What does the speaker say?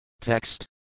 Text